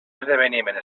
esdeveniment